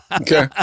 Okay